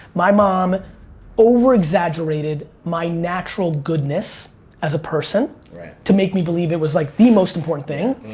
my mom over exaggerated my natural goodness as a person to make me believe it was like the most important thing.